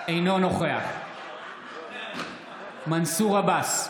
אינו נוכח מנסור עבאס,